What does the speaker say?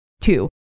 two